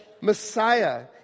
Messiah